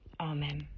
Amen